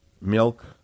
milk